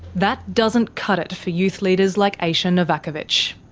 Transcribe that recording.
that doesn't cut it for youth leaders like aisha novakovitch.